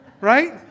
right